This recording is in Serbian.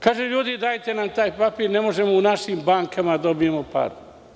Kažu – ljudi, dajte nam taj papir, ne možemo u našim bankama da dobijemo pare.